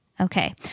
okay